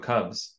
Cubs